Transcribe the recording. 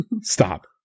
Stop